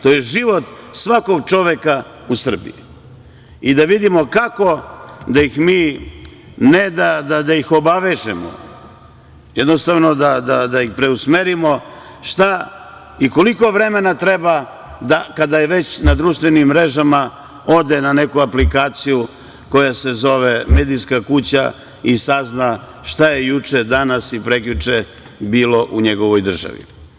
To je život svakog čoveka u Srbiji i da vidimo kako da ih mi, ne da ih obavežemo, jednostavno preusmerimo, koliko vremena treba, kada je već na društvenim mrežama, ode na neku aplikaciju koja se zove „medijska kuća“ i sazna šta je juče, danas i prekjuče bilo u njegovoj državi.